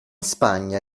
spagna